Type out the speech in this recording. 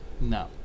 No